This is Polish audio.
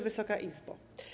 Wysoka Izbo!